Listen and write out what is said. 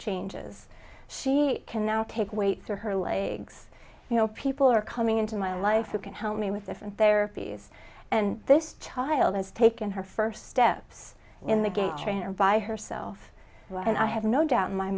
changes she can now take weight through her legs you know people are coming into my life who can help me with different their fees and this child has taken her first steps in the game trainer by herself and i have no doubt in my